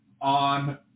on